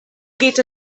geht